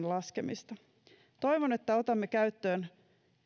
laskemista toivon että otamme käyttöön